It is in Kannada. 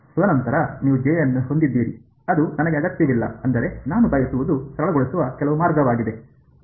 ತದನಂತರ ನೀವು j ಅನ್ನು ಹೊಂದಿದ್ದೀರಿ ಅದು ನನಗೆ ಅಗತ್ಯವಿಲ್ಲ ಅಂದರೆ ನಾನು ಬಯಸುವುದು ಸರಳಗೊಳಿಸುವ ಕೆಲವು ಮಾರ್ಗವಾಗಿದೆ